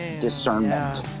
discernment